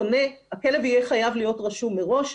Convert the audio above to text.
הכלב יהיה חייב להיות רשום מראש,